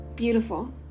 beautiful